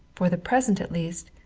for the present at least,